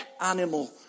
animal